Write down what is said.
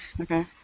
Okay